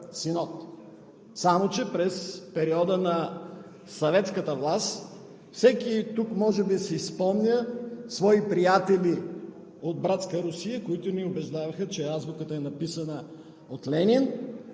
Само че през периода на Съветската власт – всеки тук може би си спомня свои приятели от братска Русия, които ни убеждаваха, че азбуката е написана от Ленин,